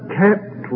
kept